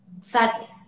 sadness